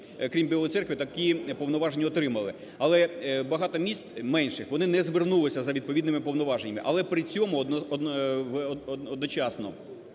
крім Білої Церкви, такі повноваження отримали, але багато міст менших вони не звернулися за відповідними повноваженнями, але при цьому одночасно